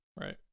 Right